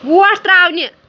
وۄٹھ ترٛاوٕنہِ